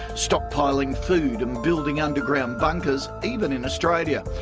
stock-piling food and building underground bunkers even in australia.